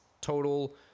total